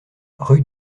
rue